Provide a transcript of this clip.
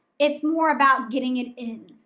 it's more about getting it in.